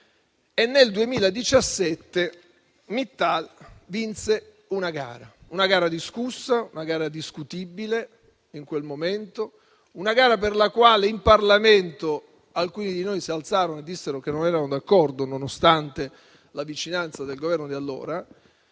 Nel 2017 Mittal vinse una gara; una gara discussa, una gara discutibile in quel momento, una gara per la quale in Parlamento alcuni di noi si alzarono e dissero che non erano d'accordo, nonostante la vicinanza del Governo di allora.